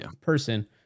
person